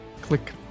click